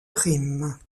prime